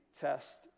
test